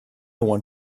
want